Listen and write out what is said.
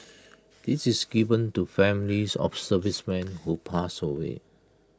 this is given to families of servicemen who pass away